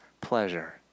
pleasure